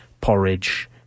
Porridge